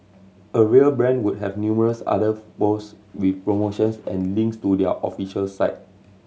a real brand would have numerous other post with promotions and links to their official site